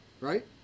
right